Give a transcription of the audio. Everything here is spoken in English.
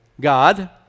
God